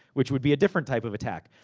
which would be a different type of attack.